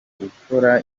gukora